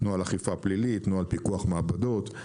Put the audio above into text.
נוהל אכיפה פלילית, נוהל פיקוח מעבדות.